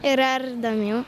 yra ir įdomių